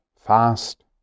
Fast